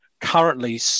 Currently